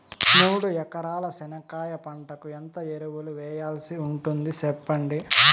మూడు ఎకరాల చెనక్కాయ పంటకు ఎంత ఎరువులు వేయాల్సి ఉంటుంది సెప్పండి?